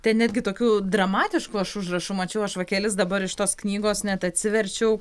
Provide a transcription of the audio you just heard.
ten netgi tokių dramatiškų aš užrašų mačiau aš va kelis dabar iš tos knygos net atsiverčiau